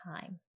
time